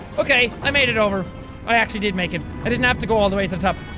ok, i made it over i actually did make it i didn't have to go all the way to the top